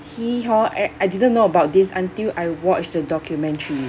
he hor eh I didn't know about this until I watched the documentary